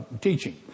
teaching